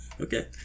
Okay